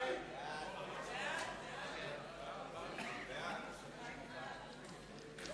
ההצעה להעביר את הצעת חוק הפיקוח